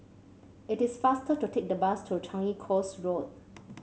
it is faster to take the bus to Changi Coast Road